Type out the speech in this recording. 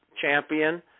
champion